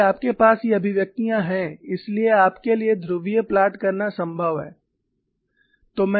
चूंकि आपके पास ये अभिव्यक्तियाँ हैं इसलिए आपके लिए ध्रुवीय प्लाट करना संभव है